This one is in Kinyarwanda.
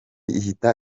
ihita